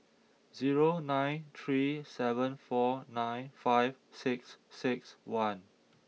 zero nine three seven four nine five six six one